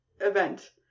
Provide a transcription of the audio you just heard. Event